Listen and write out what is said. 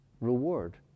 reward